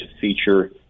feature